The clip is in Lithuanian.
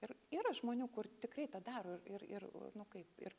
ir yra žmonių kur tikrai tą daro ir ir nu kaip ir